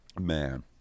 Man